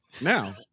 now